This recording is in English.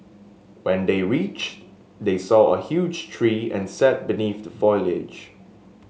when they reached they saw a huge tree and sat beneath the foliage